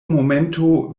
momento